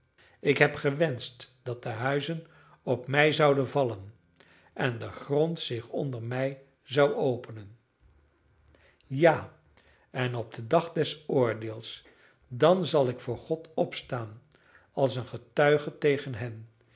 ik heb gewenscht dat de huizen op mij zouden vallen en de grond zich onder mij zou openen ja en op den dag des oordeels dan zal ik voor god opstaan als een getuige tegen hen